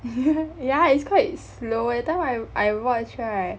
yeah it's quite slow that time I I watch right